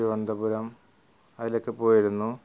തിരുവനന്തപുരം അതിലൊക്കെ പോയിരുന്നു